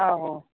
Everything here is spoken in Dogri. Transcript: आहो